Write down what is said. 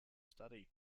study